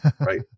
right